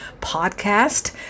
podcast